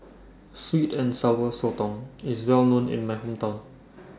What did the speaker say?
Sweet and Sour Sotong IS Well known in My Hometown